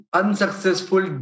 unsuccessful